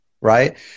right